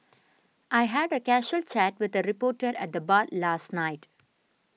I had a casual chat with a reporter at the bar last night